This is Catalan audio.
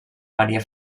maria